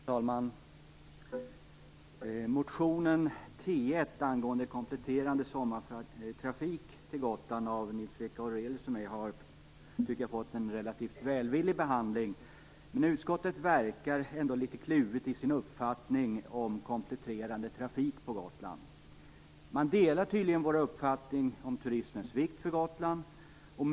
Fru talman! Motion T1 angående kompletterande sommartrafik till Gotland, av Nils Fredrik Aurelius och mig, har fått en relativt välvillig behandling. Men i utskottet verkar man ändå litet kluven i sin uppfattning om kompletterande trafik till Gotland. Man delar tydligen vår uppfattning om turismens vikt för Gotland.